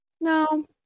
No